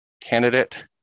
candidate